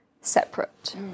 separate